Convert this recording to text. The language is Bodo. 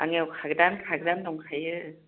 आंनिआव खागोदान खागोदान दंखायो